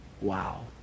wow